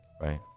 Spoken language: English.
right